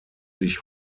sich